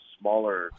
smaller